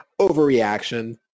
overreaction